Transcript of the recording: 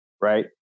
right